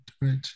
right